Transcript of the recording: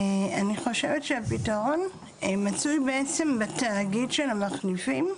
אני חושבת שהפתרון מצוי בתאגיד של המחליפים.